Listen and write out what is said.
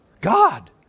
God